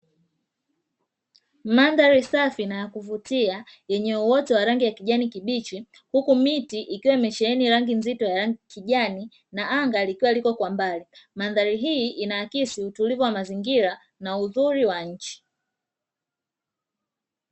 Mandhari safi na ya kuvutia yenye uoto wa rangi ya kijani kibichi, huku miti ikiwa imesheheni rangi nzito ya kijani na anga likiwa liko kwa mbali, mandhari hii inaakisi utulivu wa mazingira na uzuri wa nchi.